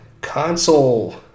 console